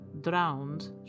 drowned